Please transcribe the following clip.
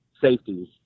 safeties